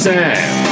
Sam